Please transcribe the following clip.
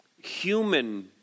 human